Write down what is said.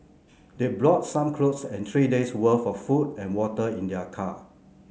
they brought some clothes and three days'worth of food and water in their car